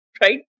right